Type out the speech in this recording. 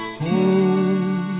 home